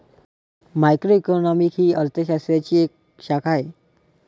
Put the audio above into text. macroeconomics ही अर्थ शास्त्राची एक शाखा आहे